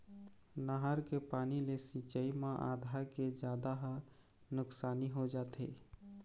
नहर के पानी ले सिंचई म आधा के जादा ह नुकसानी हो जाथे